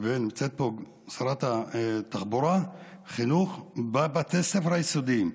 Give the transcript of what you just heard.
ונמצאת פה שרת התחבורה, חינוך בבתי הספר היסודיים,